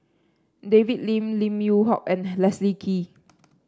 David Lim Lim Yew Hock and Leslie Kee